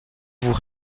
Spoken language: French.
vous